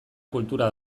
kultura